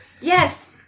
Yes